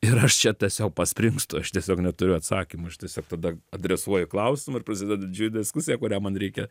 ir aš čia tiesiog paspringstu aš tiesiog neturiu atsakymo aš tiesiog tada adresuoju klausimą ir prasideda didžiulė diskusija kurią man reikia